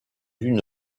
une